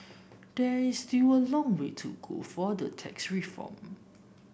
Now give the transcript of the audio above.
there is still a long way to go for the tax reform